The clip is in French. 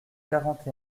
quarante